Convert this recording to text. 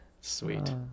Sweet